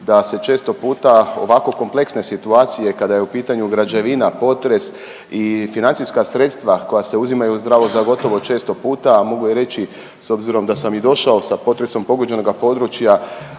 da se često puta ovako kompleksne situacije kada je u pitanju građevina, potres i financijska sredstva koja se uzimaju zdravo za gotovo često puta, a mogu i reći s obzirom da sam i došao sa potresom pogođenoga područja